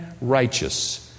righteous